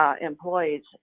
employees